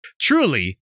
Truly